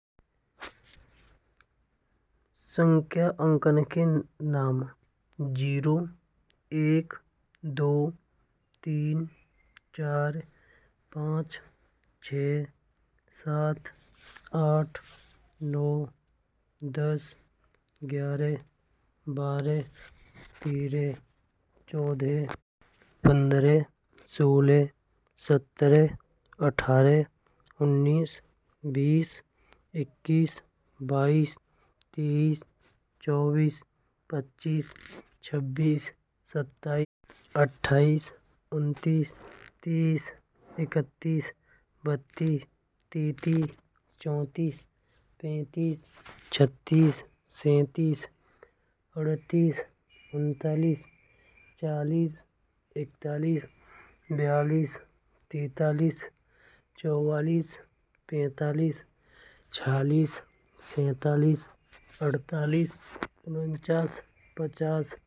संख्या उन्चास के नाम शून्य एक, दो, तीन, चार, पांच, छह, सात, आठ, नौ, दस, ग्यारह, बारह, तेरह, चौदह, पंद्रह, सोलह, सत्रह, अठारह, उन्नीस, बीस। इक्कीस, बाईस, तेईस, चौबीस, पच्चीस, छब्बीस, सत्ताईस, अठाईस, उनतीस, तीस, इकत्तीस, बत्तीस, चौंतीस, पैंतीस, छत्तीस, सैंतीस। उनतालीस, इकतालीस, बयालीस, तैंतालीस, चौवालीस, पैंतालीस, चालीस, सैंतालीस, अड़तालीस, उनचास, पचास।